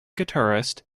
guitarist